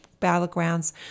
battlegrounds